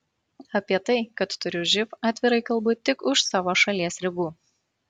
apie tai kad turiu živ atvirai kalbu tik už savo šalies ribų